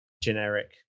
generic